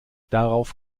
darauf